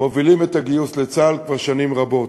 מובילים את הגיוס לצה"ל כבר שנים רבות.